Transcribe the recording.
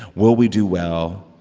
will we do well?